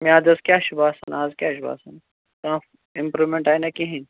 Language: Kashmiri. میٛادَس کیٛاہ چھُ باسان اَز کیٛاہ چھُ باسان کانٛہہ اِمپرومٮ۪نٹ آیہِ نا کِہیٖنٛی